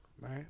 Right